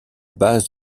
base